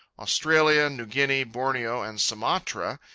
australia, new guinea, borneo, and sumatra,